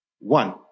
one